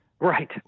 Right